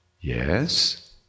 Yes